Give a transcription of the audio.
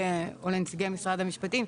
אולי משרד המשפטים,